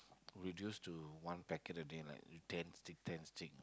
reduce to one packet a day lah ten stick ten stick